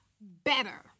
better